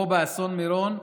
פה, באסון מירון,